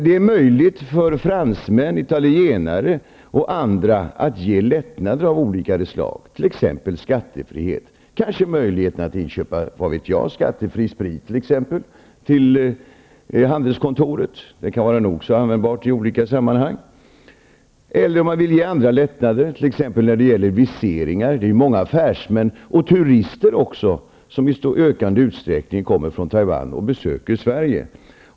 Det är ju möjligt för fransmän, italienare och andra att ge lättnader av olika slag, t.ex. skattefrihet och möjlighet att inköpa skattefri sprit till handelskontoret -- det kan vara nog så användbart -- eller andra lättnader, exempelvis när det gäller visering. Det är många affärsmän och turister som i ökande utsträckning kommer från Taiwan och besöker Sverige.